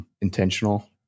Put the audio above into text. intentional